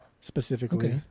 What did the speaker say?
specifically